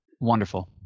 Wonderful